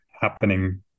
happening